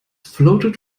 floated